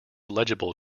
legible